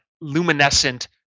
luminescent